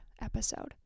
episode